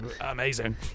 amazing